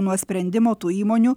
nuo sprendimo tų įmonių